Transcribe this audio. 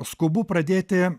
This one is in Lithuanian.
skubu pradėti